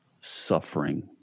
suffering